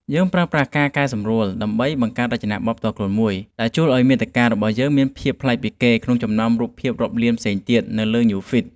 យើងប្រើប្រាស់ការកែសម្រួលដើម្បីបង្កើតរចនាបថផ្ទាល់ខ្លួនមួយដែលជួយឱ្យមាតិការបស់យើងមានភាពប្លែកពីគេក្នុងចំណោមរូបភាពរាប់លានផ្សេងទៀតនៅលើ ញូវហ្វ៊ីត ។